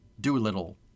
Doolittle